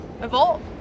evolve